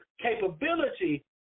capability